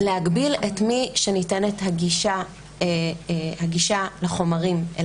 להגביל את מי שניתנת לו הגישה לחומרים.